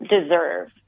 deserve